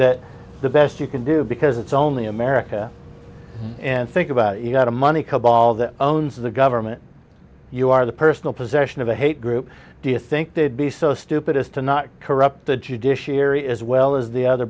that the best you can do because it's only america and think about the money cobol that owns the government you are the personal possession of a hate group do you think they'd be so stupid as to not corrupt the judiciary as well as the other